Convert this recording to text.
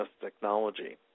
technology